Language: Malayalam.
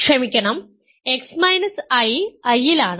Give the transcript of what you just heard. ക്ഷമിക്കണം x I I ലാണ്